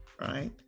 right